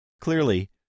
Clearly